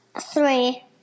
Three